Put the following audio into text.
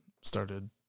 started